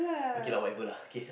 okay lah whatever lah okay